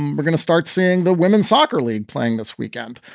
we're going to start seeing the women's soccer league playing this weekend.